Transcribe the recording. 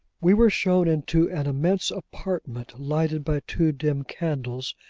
we were shown into an immense apartment, lighted by two dim candles,